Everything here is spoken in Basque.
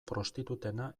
prostitutena